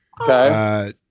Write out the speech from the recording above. okay